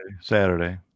Saturday